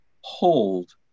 hold